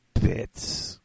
Bits